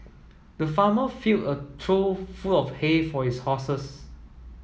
the farmer fill a trough full of hay for his horses